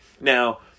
Now